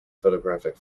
photographic